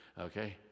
okay